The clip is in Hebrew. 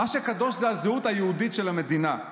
מה שקדוש זה הזהות היהודית של המדינה.